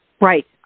Right